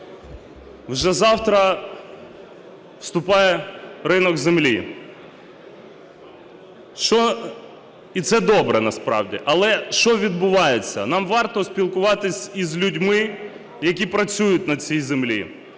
Вже завтра вступає ринок землі. І це добре насправді. Але що відбувається? Нам варто спілкуватися із людьми, які працюють на цій землі.